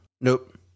Nope